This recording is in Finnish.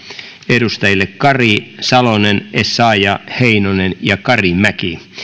edustajille kari salonen essayah heinonen ja karimäki